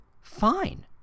fine